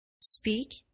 Speak